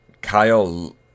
Kyle